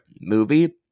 movie